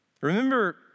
Remember